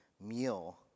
meal